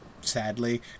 sadly